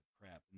crap